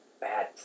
bad